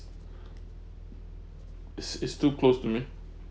is is too close to me